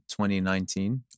2019